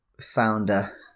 founder